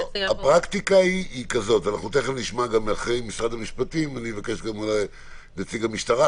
אחרי משרד המשפטים אני אבקש גם אולי את נציג המשטרה,